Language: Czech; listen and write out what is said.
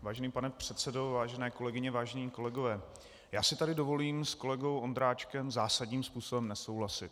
Vážený pane předsedo, vážené kolegyně, vážení kolegové, dovolím si tady s kolegou Ondráčkem zásadním způsobem nesouhlasit.